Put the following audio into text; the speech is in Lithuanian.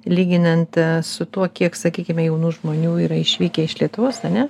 lyginant su tuo kiek sakykime jaunų žmonių yra išvykę iš lietuvos ane